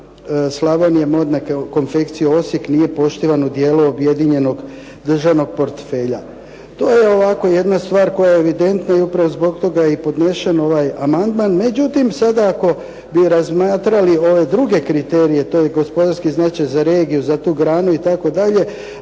"Slavonija modna konfekcija" Osijek nije poštivan u dijelu objedinjenog državnog portfelja. To je ovako jedna stvar koja je evidentna i upravo zbog toga je i podnesen ovaj amandman. Međutim, sada ako bi razmatrali ove druge kriterije, to je gospodarski značaj za regiju, za tu granu itd.,